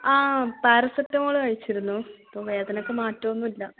ആ പാരസെറ്റാമോൾ കഴിച്ചിരുന്നു ഇപ്പോൾ വേദനയ്ക്ക് മാറ്റമൊന്നുമില്ല